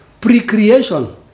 Pre-creation